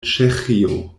ĉeĥio